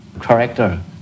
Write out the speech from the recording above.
character